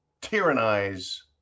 tyrannize